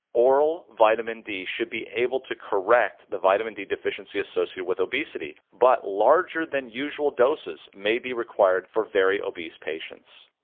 oral vitamin d should be able to correct the vitamin d deficiency associated with obesity, but larger than usual doses may be required for very obese patients.